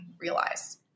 realize